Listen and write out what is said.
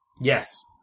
Yes